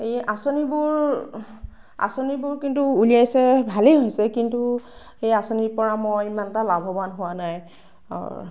এই আচঁনিবোৰ আচঁনিবোৰ কিন্তু উলিয়াইছে ভালেই হৈছে কিন্তু এই আচঁনিৰ পৰা মই ইমান এটা লাভৱান হোৱা নাই